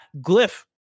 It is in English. glyph